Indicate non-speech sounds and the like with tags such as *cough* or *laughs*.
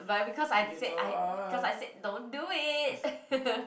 but because I said I because I said don't do it *laughs*